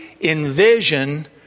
envision